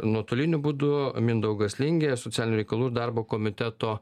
nuotoliniu būdu mindaugas lingė socialinių reikalų ir darbo komiteto